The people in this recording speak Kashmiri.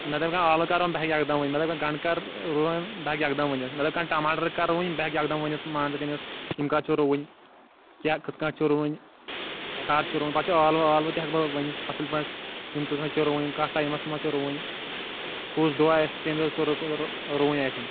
مےٚ دَپہِ کانٛہہ ٲلوٕ کر رُوُن بہٕ ہیٚکہٕ یَکدَم وَنتھ مےٚ دَپہِ گَنٛڈ کَر رُوٕنۍ بہٕ ہیٚکہٕ یَکدَم ؤنِتھ مےٚ دَپہِ کانٛہہ ٹماٹَر کَر رُوٕنۍ بہٕ ہیٚکہٕ یَکدَم ؤنِتھ مان ژٕ تٔمِس یِم کَر چھِ رُوٕنۍ کیٛاہ کِتھ کٲٹھۍ چھِ رُوٕنۍ کَر چھِ رُوٕنۍ پَتہٕ چھِ ٲلوٕ وٲلوٕ تہِ ہیٚکہٕ بہٕ ؤنِتھ اصٕل پٲٹھۍ یِم کٕتھ کٔنۍ چھِ رُوٕنۍ کَتھ ٹایمَس منٛز چھِ رُوٕنۍ کُس دۄہ آسہِ ییٚمہِ دۄہ سُہ رُوٕنۍ آسیٚن